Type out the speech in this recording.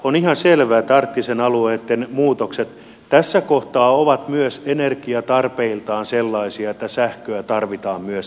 on ihan selvää että arktisten alueitten muutokset tässä kohtaa ovat myös energiatarpeiltaan sellaisia että sähköä tarvitaan myös sillä alueella